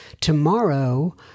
tomorrow